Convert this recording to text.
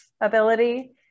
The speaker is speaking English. ability